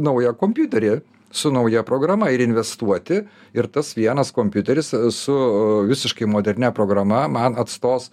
naują kompiuterį su nauja programa ir investuoti ir tas vienas kompiuteris su visiškai modernia programa man atstos